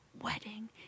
wedding